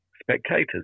spectators